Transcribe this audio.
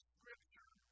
Scripture